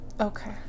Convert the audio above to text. Okay